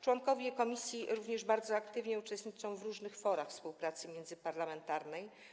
Członkowie komisji również bardzo aktywnie uczestniczą w różnych forach współpracy międzyparlamentarnej.